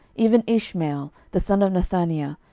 even ishmael the son of nethaniah,